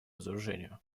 разоружению